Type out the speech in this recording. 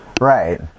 Right